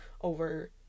over